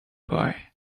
boy